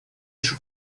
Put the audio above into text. sus